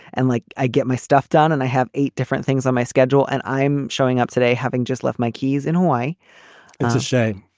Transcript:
and like, i get my stuff done. and i have eight different things on my schedule. and i'm showing up today having just left my keys. in a way, it's a shame.